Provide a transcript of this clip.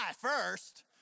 first